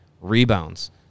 Rebounds